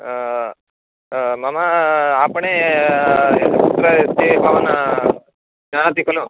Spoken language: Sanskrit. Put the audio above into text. मम आपणे कुत्र अस्ति भवान् जानाति खलु